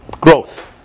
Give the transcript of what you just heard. growth